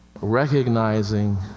recognizing